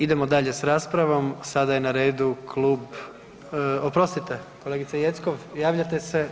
Idemo dalje s raspravom, sada je na redu klub, oprostite kolegice Jeckov, javljate se?